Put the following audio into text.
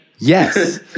Yes